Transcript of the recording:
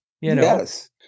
yes